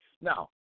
Now